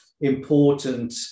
important